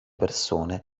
persone